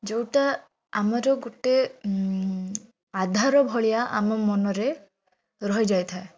ଯୋଉଟା ଆମର ଗୋଟେ ଆଧାର ଭଳିଆ ଆମ ମନରେ ରହିଯାଇଥାଏ